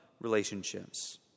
relationships